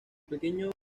pequeño